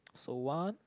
so one